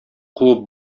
куып